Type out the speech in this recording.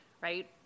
right